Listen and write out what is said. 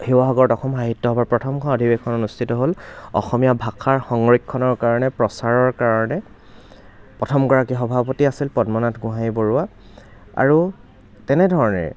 শিৱসাগৰত অসম সাহিত্য সভাৰ প্ৰথমখন অধিবেশন অনুষ্ঠিত হ'ল অসমীয়া ভাষাৰ সংৰক্ষৰণৰ কাৰণে প্ৰচাৰৰ কাৰণে প্ৰথমগৰাকী সভাপতি আছিল পদ্মনাথ গোহাঞিবৰুৱা আৰু তেনেধৰণৰে